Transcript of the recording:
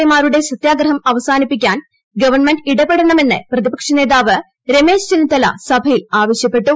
എമാരുടെ സത്യഗ്രഹം അവസാനിപ്പിക്കാൻ ഗവൺമെന്റ് ഇടപെടണമെന്ന് പ്രതിപക്ഷനേതാവ് രമേശ് ചെന്നിത്തല സഭയിൽ ആവശ്യപ്പെട്ടു